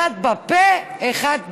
אחד בפה, אחד בלב.